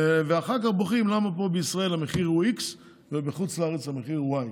אחר כך בוכים למה פה בישראל המחיר הוא x ובחוץ לארץ המחיר הוא y.